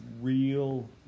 real